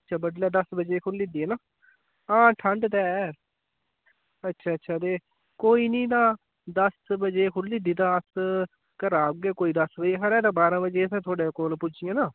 अच्छा बडलै दस बजे खुल्ली जंदी हैना हां ठंड ते ऐ अच्छा अच्छा ते कोई नि तां दस बजे खुल्ली जंदी तां अस घरा औगे कोई दस बजे हारे ते बारां बजे असें थुआड़े कोल पुज्जी जाना